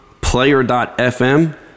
player.fm